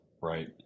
right